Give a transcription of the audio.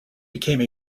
became